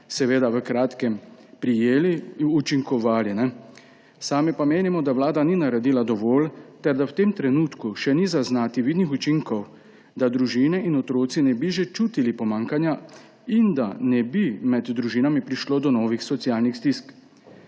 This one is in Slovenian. bi naj v kratkem prijeli in učinkovali. Sami pa menimo, da vlada ni naredila dovolj ter da v tem trenutku še ni zaznati vidnih učinkov, da družine in otroci ne bi že čutili pomanjkanja in da ne bi med družinami prišlo do novih socialnih stisk.